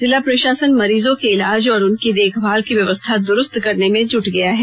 जिला प्रशासन मरीजों के इलाज और उनकी देखभाल की व्यवस्था दुरुस्त करने में जुट गया है